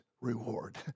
reward